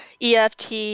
EFT